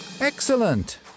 Excellent